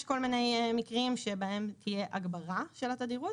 כל מיני מקרים שבהם תהיה הגברה של התדירות,